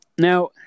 Now